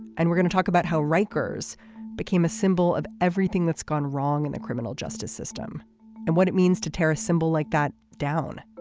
and we're going to talk about how rikers became a symbol of everything that's gone wrong in the criminal justice system and what it means to tear a symbol like that down.